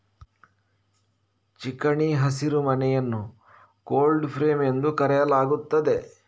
ಚಿಕಣಿ ಹಸಿರುಮನೆಯನ್ನು cold frame ಎಂದು ಕರೆಯಲಾಗುತ್ತದೆ